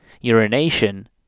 urination